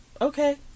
okay